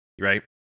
Right